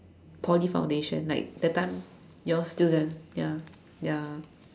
Poly foundation like that time you all still young ya ya